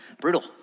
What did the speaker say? Brutal